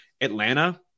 Atlanta